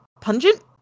pungent